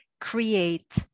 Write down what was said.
create